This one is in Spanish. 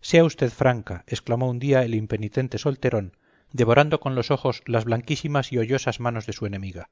sea usted franca exclamó un día el impenitente solterón devorando con los ojos las blanquísimas y hoyosas manos de su enemiga